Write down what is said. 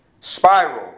spiral